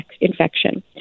infection